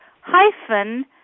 hyphen